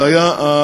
זה היה הזקן.